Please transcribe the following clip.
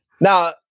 Now –